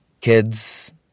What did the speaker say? kids